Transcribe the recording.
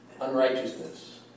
unrighteousness